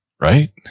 Right